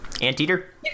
anteater